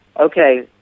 okay